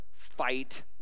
fight